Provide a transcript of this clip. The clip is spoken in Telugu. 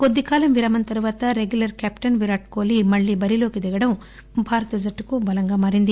కొద్దికాలం విరామం తర్వాత రెగ్యులర్ కెప్టెన్ విరాట్ కొహ్లీ మళ్లీ బరిలోకి దిగడం భారత జట్టుకు బలంగా మారింది